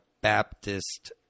Baptist